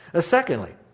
Secondly